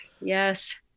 Yes